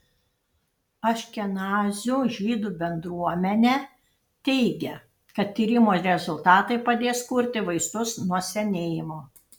aškenazių žydų bendruomenę teigia kad tyrimo rezultatai padės kurti vaistus nuo senėjimo